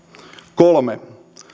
kolme